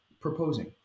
proposing